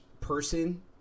person